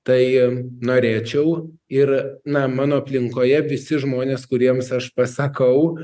tai norėčiau ir na mano aplinkoje visi žmonės kuriems aš pasakau